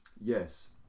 Yes